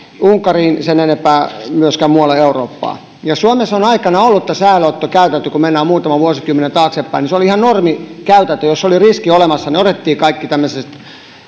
unkariin tai sen enempää myöskään muualle eurooppaan suomessa on aikanaan ollut tämä säilöönottokäytäntö kun mennään muutama vuosikymmen taaksepäin se oli ihan normikäytäntö jos oli riski olemassa niin otettiin kaikki tämmöiset